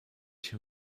się